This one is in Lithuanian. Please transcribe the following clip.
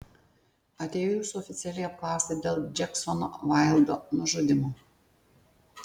atėjau jūsų oficialiai apklausti dėl džeksono vaildo nužudymo